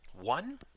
One